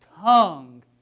tongue